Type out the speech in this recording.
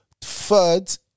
third